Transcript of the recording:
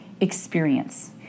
experience